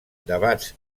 debats